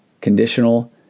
conditional